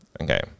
Okay